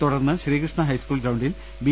തുടർന്ന് ശ്രീകൃഷ്ണ ഹൈസ്കൂൾ ഗ്രൌണ്ടിൽ ബി